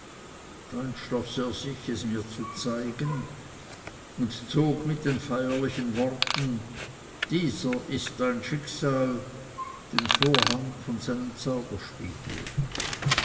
da entschloß er sich es mir zu zeigen und zog mit den feierlichen worten dieser ist dein schicksal den vorhang von seinem zauberspiegel